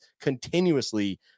continuously